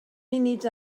munud